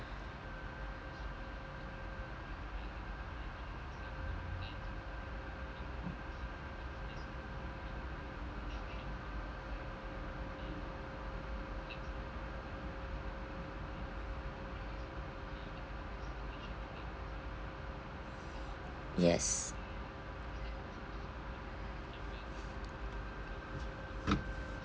yes